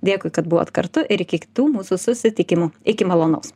dėkui kad buvot kartu ir iki kitų mūsų susitikimų iki malonaus